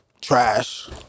Trash